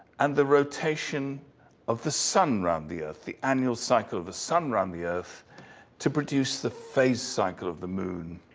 and the rotation of the sun round the earth, the annual cycle of the sun round the earth to produce the phase cycle of the moon.